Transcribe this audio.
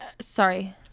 Sorry